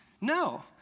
No